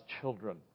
children